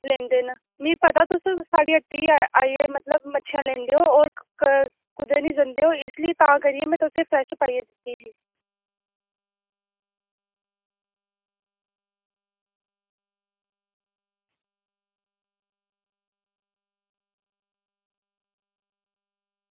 लैंदे न मिगी पता तुस साढ़ी हट्टी ई आइयै मतलब मच्छियां लैंदे ओ ते होर कुदै निं जंदे ओ इसलेई तां करियै में तुसेंगी फ्रैश पाइयै दित्ती ही